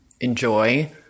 enjoy